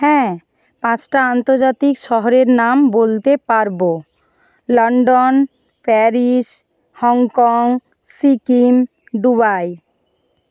হ্যাঁ পাঁচটা আন্তর্জাতিক শহরের নাম বলতে পারবো লন্ডন প্যারিস হংকং সিকিম ডুবাই